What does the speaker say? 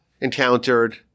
encountered